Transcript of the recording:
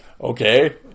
Okay